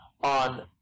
on